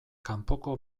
kanpoko